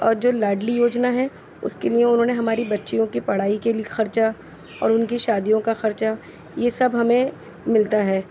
اور جو لاڈلی یوجنا ہے اس کے لیے انہوں نے ہماری بچیوں کی پڑھائی کے لیے خرچہ اور ان کی شادیوں کا خرچہ یہ سب ہمیں ملتا ہے